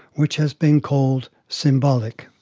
which has been called symbolic,